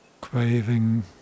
Craving